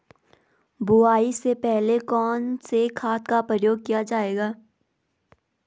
बुआई से पहले कौन से खाद का प्रयोग किया जायेगा?